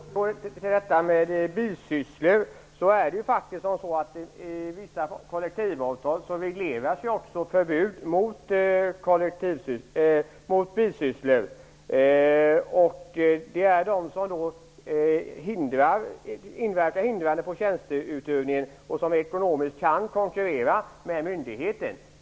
Herr talman! För att återgå till detta med bisysslor, är det faktiskt så att förbud mot bisysslor regleras i vissa kollektivavtal. Det är sådana som inverkar hindrande på tjänsteutövningen och som ekonomiskt kan konkurrera med myndigheten.